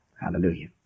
Hallelujah